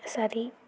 சரி